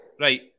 right